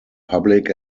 public